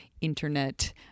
internet